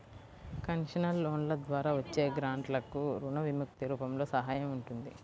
concessional లోన్ల ద్వారా వచ్చే గ్రాంట్లకు రుణ విముక్తి రూపంలో సహాయం ఉంటుంది